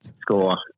score